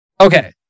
Okay